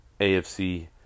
AFC